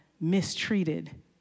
mistreated